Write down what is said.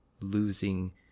losing